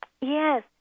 Yes